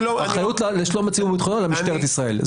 אחרית לשלום הציבור זה משטרת ישראל.